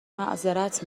معظرت